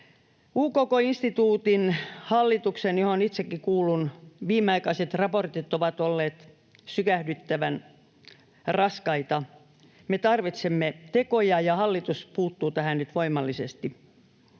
UKK-instituutin hallituksen, johon itsekin kuulun, viimeaikaiset raportit ovat olleet sykähdyttävän raskaita. Me tarvitsemme tekoja, ja hallitus puuttuu tähän nyt voimallisesti.